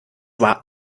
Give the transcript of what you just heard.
war